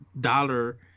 dollar